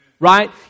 Right